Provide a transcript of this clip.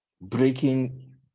breaking